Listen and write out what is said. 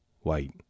white